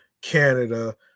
canada